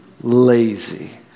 lazy